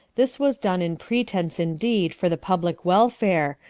this was done in pretense indeed for the public welfare,